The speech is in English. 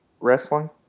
wrestling